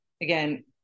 again